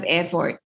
effort